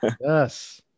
yes